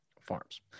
Farms